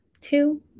two